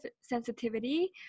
sensitivity